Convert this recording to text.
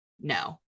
no